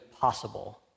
possible